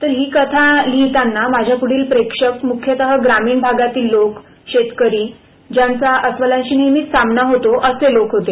तर ही कथा लिहिताना माझ्या पुढील प्रेक्षक मुख्यतः ग्रामीण भागातील लोक शेतकरी ज्यांचा अस्वलांशी नेहमीच सामना होतो असे लोक होते